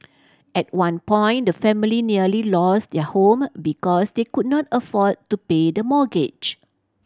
at one point the family nearly lost their home because they could not afford to pay the mortgage